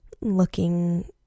looking